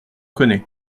connais